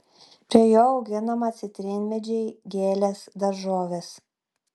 prie jo auginama citrinmedžiai gėlės daržovės